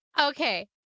Okay